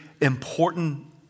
important